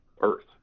earth